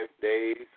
days